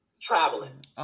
traveling